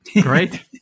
Great